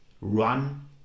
run